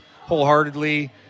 wholeheartedly